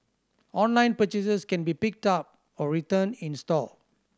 online purchases can be picked up or returned in store